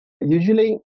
Usually